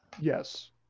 Yes